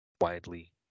widely